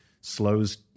slows